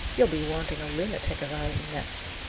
you'll be wanting a lunatic asylum next.